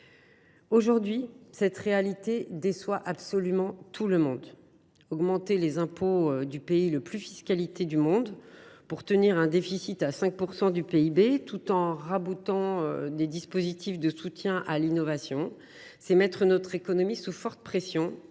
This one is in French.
Aujourd’hui, cette réalité déçoit tout le monde. Augmenter les impôts du pays le plus fiscalisé du monde, pour tenir un déficit à 5 % du PIB, tout en rabotant les dispositifs de soutien à l’innovation, c’est mettre notre économie sous forte pression